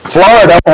Florida